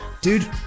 Dude